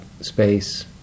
space